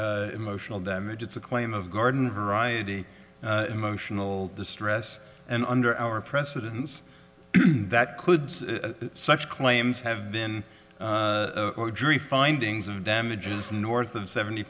emotional damage it's a claim of garden variety emotional distress and under our precedents that could such claims have been findings of damages north of seventy